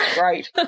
Right